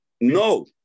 No